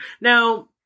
Now